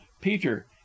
peter